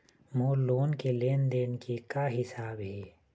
मोर loan के लेन देन के का हिसाब हे?